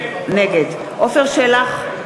נגד עפר שלח,